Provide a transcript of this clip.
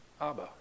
Abba